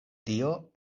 dio